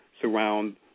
surround